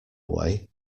away